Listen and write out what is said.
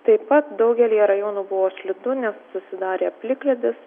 taip pat daugelyje rajonų buvo slidu nes susidarė plikledis